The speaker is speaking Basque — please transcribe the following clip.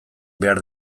behar